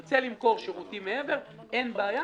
אם ירצה למכור שירותים מעבר אין בעיה,